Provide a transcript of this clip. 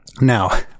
now